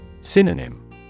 Synonym